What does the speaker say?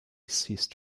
ceased